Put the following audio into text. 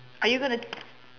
are you gonna